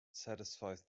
satisfies